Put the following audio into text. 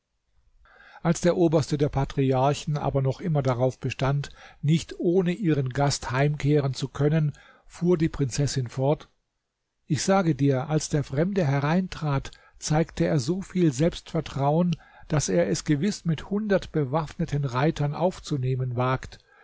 als der oberste der patriarchen aber noch immer darauf bestand nicht ohne ihren gast heimkehren zu können fuhr die prinzessin fort ich sage dir als der fremde hereintrat zeigte er so viel selbstvertrauen daß er es gewiß mit hundert bewaffneten reitern aufzunehmen wagt